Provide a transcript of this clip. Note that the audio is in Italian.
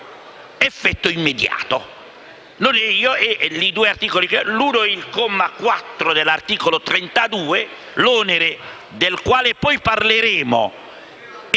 effetto immediato.